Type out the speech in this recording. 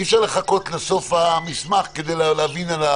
אי-אפשר לחכות לסוף המסמך כדי להבין.